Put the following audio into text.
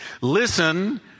listen